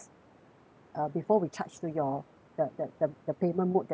uh before we charge to your the the the the payment mode that you prefer